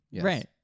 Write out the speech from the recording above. Right